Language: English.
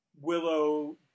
Willow